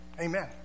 Amen